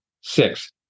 Six